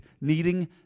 needing